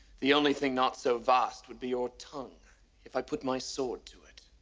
the only thing not so vast would be your tongue if i put my sword to it.